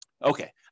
Okay